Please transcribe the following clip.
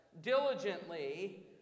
diligently